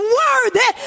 worthy